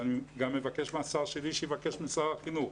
ואני גם מבקש מהשר שלי שיבקש משר החינוך,